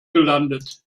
gelandet